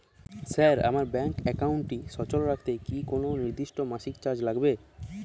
Sir আমার bank একাউন্টটি সচল রাখতে কি কোনো নির্দিষ্ট মাসিক চার্জ লাগবে?